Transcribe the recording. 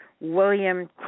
William